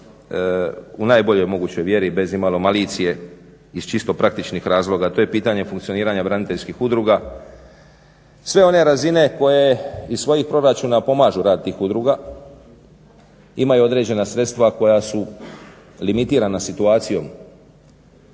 u najboljoj mogućoj vjeri bez imalo malicije iz čisto praktičnih razloga. To je pitanje funkcioniranja braniteljskih udruga. Sve one razine koje iz svojih proračuna pomažu rad tih udruga imaju određena sredstva koja su limitirana situacijom,